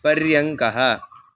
पर्यङ्कः